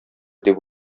дип